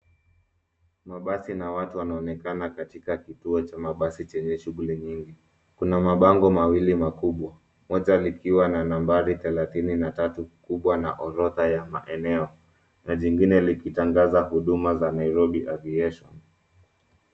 Mabasi na watu wanaonekana katika kituo cha mabasi chenye shughuli mingi. Kuna mabango mawili makubwa. Mmoja likiwa na nambari 33 kubwa na orodha ya maeneo na jengine likitangaza huduma ya Nairobi aviation .